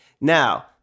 Now